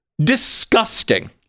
disgusting